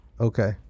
Okay